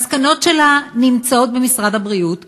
המסקנות שלה נמצאות במשרד הבריאות,